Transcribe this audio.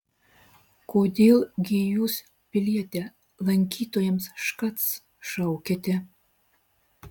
kodėl gi jūs piliete lankytojams škac šaukiate